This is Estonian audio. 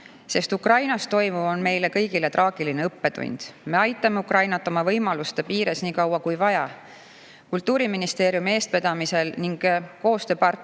sest Ukrainas toimuv on meile kõigile traagiline õppetund. Me aitame Ukrainat oma võimaluste piires nii kaua, kui vaja. Kultuuriministeeriumi eestvedamisel ning koostööpartnerite